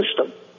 system